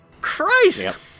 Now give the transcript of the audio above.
Christ